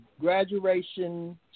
graduation